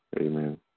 Amen